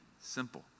simple